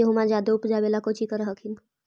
गेहुमा जायदे उपजाबे ला कौची कर हखिन?